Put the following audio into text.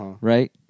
right